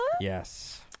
Yes